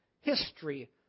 history